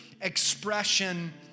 expression